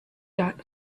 dot